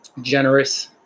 generous